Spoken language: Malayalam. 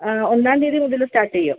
ആ ഒന്നാം തീയതി മുതൽ സ്റ്റാർട്ട് ചെയ്യും